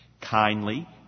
kindly